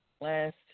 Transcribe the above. last